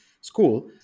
school